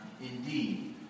Indeed